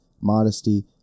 modesty